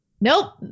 Nope